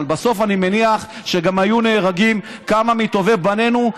אבל בסוף אני מניח שגם היו נהרגים כמה מטובי בנינו,